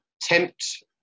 tempt